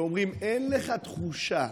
שאומרים: אין לך תחושה